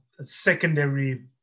secondary